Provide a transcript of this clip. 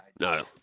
No